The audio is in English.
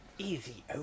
Easy